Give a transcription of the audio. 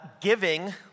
Giving